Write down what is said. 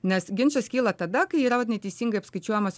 nes ginčas kyla tada kai yra neteisingai apskaičiuojamas